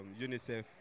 UNICEF